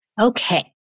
Okay